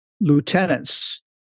lieutenants